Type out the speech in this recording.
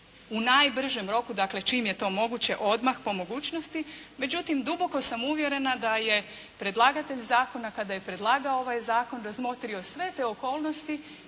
čim je to moguće, dakle, čim je to moguće, odmah po mogućnosti. Međutim, duboko sam uvjerena da je predlagatelj zakona kada je predlagao ovaj Zakona razmotrio sve te okolnosti